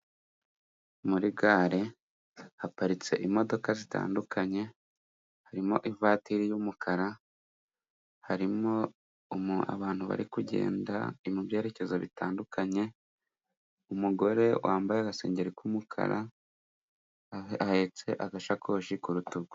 Muri gare haparitse imodoka zitandukanye, harimo ivatiri y'umukara, harimo abantu bari kugenda mu byerekezo bitandukanye, umugore wambaye agasengeri k'umukara ahetse agasakoshi ku rutugu.